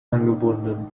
angebunden